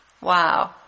Wow